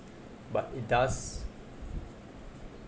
but it does